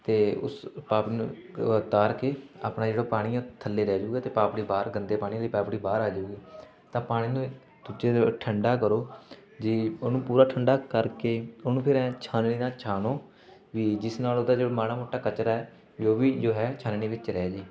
ਅਤੇ ਉਸ ਪਾਪੜੀ ਨੂੰ ਉਤਾਰ ਕੇ ਆਪਣਾ ਜਿਹੜਾ ਪਾਣੀ ਹੈ ਥੱਲੇ ਰਹਿ ਜੂਗਾ ਅਤੇ ਪਾਪੜੀ ਬਾਹਰ ਗੰਦੇ ਪਾਣੀ ਦੀ ਪਾਪੜੀ ਬਾਹਰ ਆ ਜੂਗੀ ਤਾਂ ਪਾਣੀ ਨੂੰ ਠੰਡਾ ਕਰੋ ਜੇ ਉਹਨੂੰ ਪੂਰਾ ਠੰਡਾ ਕਰਕੇ ਉਹਨੂੰ ਫਿਰ ਹੈ ਛਾਨਣੀ ਨਾਲ ਛਾਣੋ ਵੀ ਜਿਸ ਨਾਲ ਉਹਦਾ ਜੋ ਮਾੜਾ ਮੋਟਾ ਕਚਰਾ ਹੈ ਜੋ ਵੀ ਜੋ ਹੈ ਛਾਨਣੀ ਵਿੱਚ ਰਹਿ ਜੇ